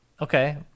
Okay